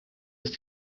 ist